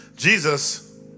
Jesus